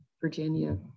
Virginia